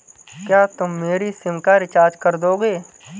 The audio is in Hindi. क्या तुम मेरी सिम का रिचार्ज कर दोगे?